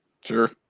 Sure